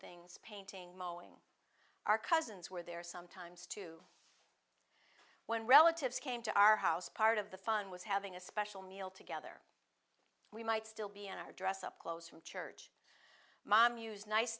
things painting knowing our cousins were there sometimes too when relatives came to our house part of the fun was having a special meal together we might still be in our dress up clothes from church mom use nice